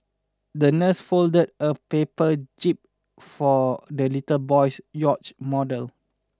the nurse folded a paper jib for the little boy's yacht model